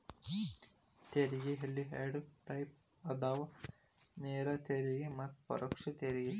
ತೆರಿಗೆಯಲ್ಲಿ ಎರಡ್ ಟೈಪ್ ಅದಾವ ನೇರ ತೆರಿಗೆ ಮತ್ತ ಪರೋಕ್ಷ ತೆರಿಗೆ